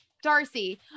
Darcy